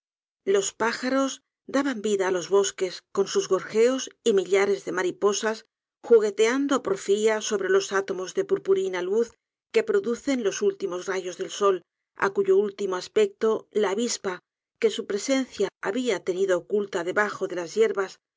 los pájaros daban vida á los bosques con sus gorgeos y millares de mariposas jugueteaban áporfia sobre los átomos de purpurina luz que producen los últimos rayos del sol á cuyo ultimó ás pecto la abispa que su presencia había tenido oculta debajo de las yerbas